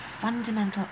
fundamental